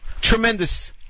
tremendous